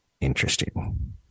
interesting